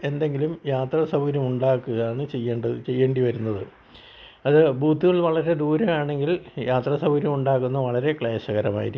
എന്തെങ്കിലും യാത്രാ സൗകര്യം ഉണ്ടാക്കുകാണ് ചെയ്യേണ്ടത് ചെയ്യേണ്ടി വരുന്നത് അത് ബൂത്തുകൾ വളരെ ദൂരെയാണെങ്കിൽ യാത്രാ സൗകര്യം ഉണ്ടാകുന്നത് വളരെ ക്ളേശകരമായിരിക്കും